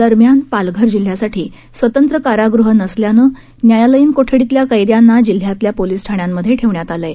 दरम्यान पालघर जिल्ह्यासाठी स्वतंत्र कारागृह नसल्यानं न्यायालयीन कोठडीतल्या कैद्यांना जिल्ह्यातल्या पोलीस ठाण्यांमध्ये ठेवण्यात आलं आहे